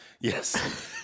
Yes